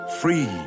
Free